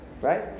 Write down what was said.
right